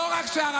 מה זה?